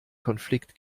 konflikt